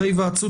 אחרי היוועצות